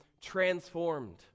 transformed